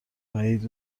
وحید